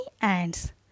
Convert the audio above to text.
ants